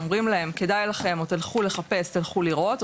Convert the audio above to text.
אומרים לכם כדאי לכם או תלכו לחפש או תלכו לראות,